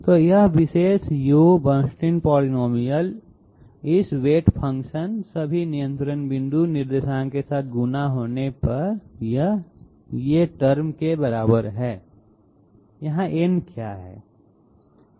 तो यह विशेष u बर्नस्टीन पॉलिनॉमियल इस वजन फंक्शन सभी नियंत्रण बिंदु निर्देशांक के साथ गुणा होने पर यह nCi ×ui ×n i के बराबर है n क्या है